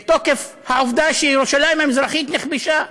מתוקף העובדה שירושלים המזרחית נכבשה.